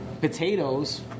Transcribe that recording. potatoes